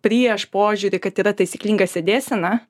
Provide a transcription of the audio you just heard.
prieš požiūrį kad yra taisyklinga sėdėsena